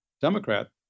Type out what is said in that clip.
Democrat